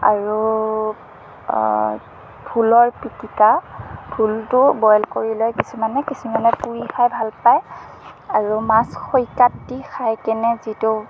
আৰু ভোলৰ পিটিকা ভোলটো বইল কৰি লয় কিছুমানে কিছুমানে পুৰি খাই ভাল পায় আৰু মাছ খৰিকাত দি খাই কেনে যিটো